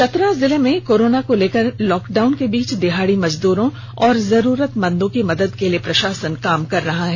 चतरा जिले में कोरोना को लेकर लॉक डाउन के बीच दिहाड़ी मजदूरों और जरूरतमंदों की मदद के लिए प्रषासन काम कर रहा है